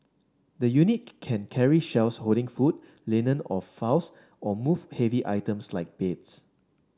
the unit can carry shelves holding food linen or files or move heavy items like beds